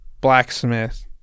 blacksmith